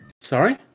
sorry